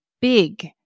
big